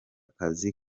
kazi